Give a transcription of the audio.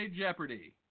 Jeopardy